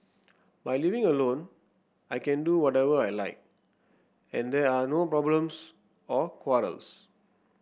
by living alone I can do whatever I like and there are no problems or quarrels